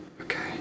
Okay